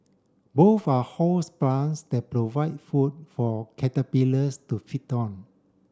both are host plants that provide food for caterpillars to feed on